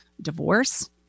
divorce